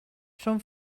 són